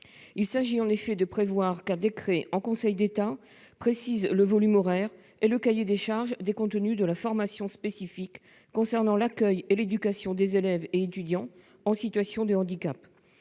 Il s'agit de prévoir qu'un décret en Conseil d'État précise le volume horaire et le cahier des charges des contenus de la formation spécifique concernant l'accueil et l'éducation des élèves et étudiants en situation de handicap